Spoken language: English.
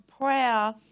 prayer